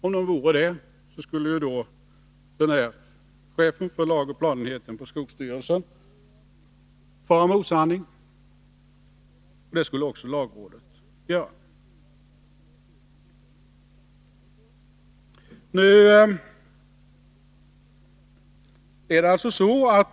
Om de vore det, skulle chefen för lagoch planenheten på skogsstyrelsen fara med osanning, och det skulle också lagrådet göra.